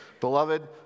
Beloved